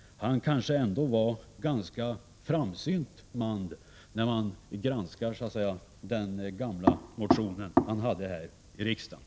När man granskar hans gamla motion här i riksdagen, finner man att han kanske ändå var en ganska framsynt man.